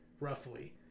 roughly